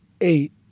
eight